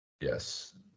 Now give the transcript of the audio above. Yes